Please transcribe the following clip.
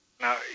Now